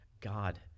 God